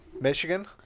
Michigan